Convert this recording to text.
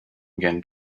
again